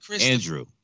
Andrew